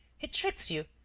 he tricks you,